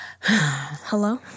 Hello